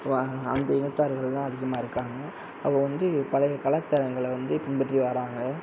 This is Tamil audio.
அந்த இனந்தார்கள் தான் அதிகமாக இருக்காங்க அப்போ வந்து பல வித கலாச்சாரங்கள வந்து பின்பற்றி வராங்க